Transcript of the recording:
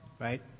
Right